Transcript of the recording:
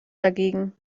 dagegen